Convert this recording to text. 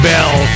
Bell